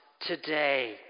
today